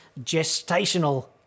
gestational